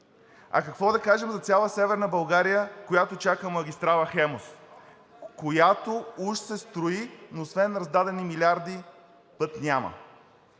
А какво да кажем за цяла Северна България, която чака магистрала „Хемус“, която уж се строи, но освен раздадени милиарди – път няма?!